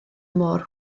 mor